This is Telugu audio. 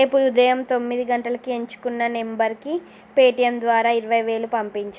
రేపు ఉదయం తొమ్మిది గంటలకి ఎంచుకున్న నెంబర్కి పేటిఎమ్ ద్వారా ఇరవై వేలు పంపించు